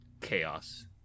chaos